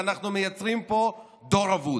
ואנחנו מייצרים פה דור אבוד.